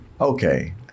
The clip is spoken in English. okay